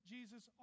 Jesus